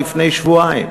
אך לפני שבועיים,